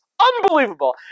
Unbelievable